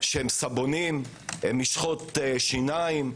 הם סבונים, משחות שיניים,